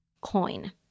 coin